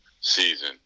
season